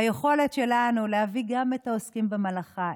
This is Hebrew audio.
היכולת שלנו להביא את גם העוסקים במלאכה,